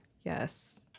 Yes